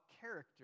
character